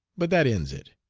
but that ends it.